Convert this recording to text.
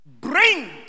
bring